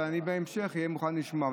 ובהמשך אני אהיה מוכן לשמוע.